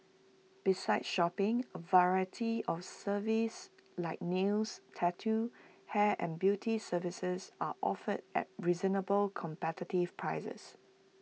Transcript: besides shopping A variety of services like nails tattoo hair and beauty services are offered at reasonable competitive prices